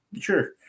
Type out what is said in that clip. Sure